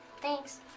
thanks